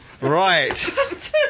Right